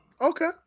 Okay